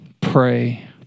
Pray